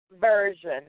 Version